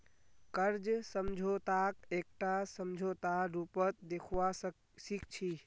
कर्ज समझौताक एकटा समझौतार रूपत देखवा सिख छी